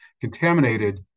contaminated